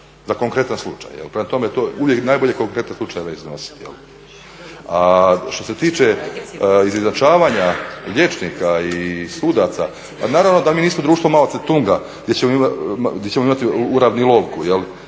za konkretan slučaj. Prema tome uvijek je najbolje konkretne slučajeve iznositi. A što se tiče izjednačavanja liječnika i sudaca, pa naravno da mi nismo društvo Mao Zedonga gdje ćemo imati Uravnilovku